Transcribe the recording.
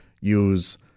use